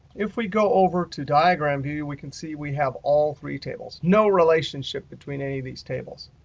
if we go over to diagram view, we can see we have all three tables no relationship between any of these tables.